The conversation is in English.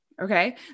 okay